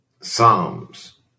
Psalms